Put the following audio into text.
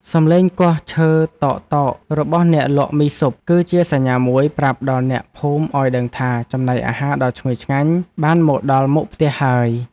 សំឡេងគោះឈើតោកៗរបស់អ្នកលក់មីស៊ុប គឺជាសញ្ញាមួយប្រាប់ដល់អ្នកភូមិឱ្យដឹងថាចំណីអាហារដ៏ឈ្ងុយឆ្ងាញ់បានមកដល់មុខផ្ទះហើយ។